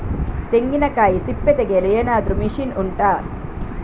ತೆಂಗಿನಕಾಯಿ ಸಿಪ್ಪೆ ತೆಗೆಯಲು ಏನಾದ್ರೂ ಮಷೀನ್ ಉಂಟಾ